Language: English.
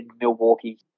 Milwaukee